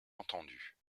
entendu